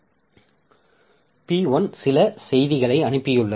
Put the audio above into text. எனவே இல்லையெனில் இந்த P1 ஐ அனுப்பியிருக்கலாம் அது சில செய்திகளை அனுப்பியுள்ளது